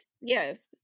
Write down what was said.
yes